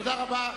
תודה רבה.